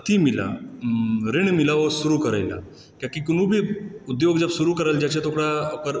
अथी मिलय ऋण मिलय ओ शुरू करय लए कियाकि कोनो भी उद्योग जब शुरू कयल जाइ छै तऽ ओकरा ओकर